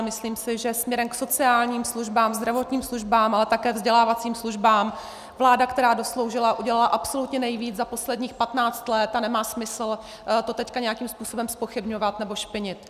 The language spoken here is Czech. Myslím si, že směrem k sociálním službám, zdravotním službám, ale také vzdělávacím službám vláda, která dosloužila, udělala absolutně nejvíce za posledních patnáct let, a nemá smysl to teď nějakým způsobem zpochybňovat nebo špinit.